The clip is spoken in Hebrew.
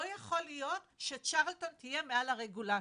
לא יכול להיות שצ'רלטון יהיה מעל הרגולטור.